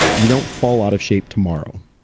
you don't fall out of shape tomorrow.